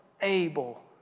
able